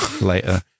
later